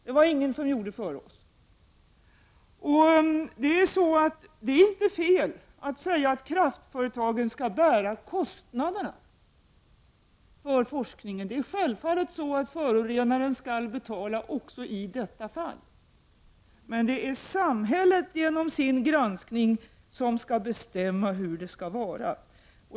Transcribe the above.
Det var det ingen som gjorde förut. Det är inte fel att säga att kraftföretagen skall bära kostnaden för forskningen. Självfallet skall förorenaren betala också i detta fall. Men det är samhället genom sin granskning som skall bestämma hur det skall vara.